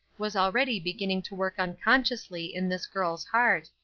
was already beginning to work unconsciously in this girl's heart,